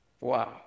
Wow